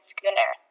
Schooner